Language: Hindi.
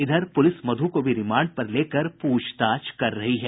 इधर पुलिस मधु को भी रिमांड पर लेकर पूछताछ कर रही है